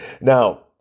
Now